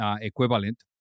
equivalent